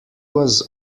was